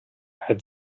had